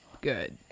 Good